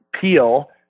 peel